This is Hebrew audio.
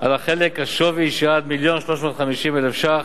על חלק השווי שעד מיליון ו-350,000 שקלים,